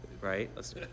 Right